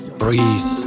breeze